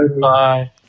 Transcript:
Bye